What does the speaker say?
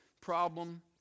problem